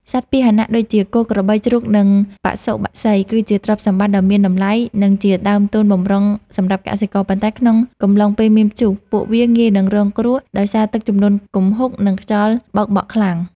សត្វពាហនៈដូចជា គោ ក្របី ជ្រូក និងបសុបក្សី គឺជាទ្រព្យសម្បត្តិដ៏មានតម្លៃ និងជាដើមទុនបម្រុងសម្រាប់កសិករ ប៉ុន្តែក្នុងកំឡុងពេលមានព្យុះ ពួកវាងាយនឹងរងគ្រោះដោយសារទឹកជំនន់គំហុក និងខ្យល់បោកបក់ខ្លាំង។